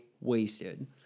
wasted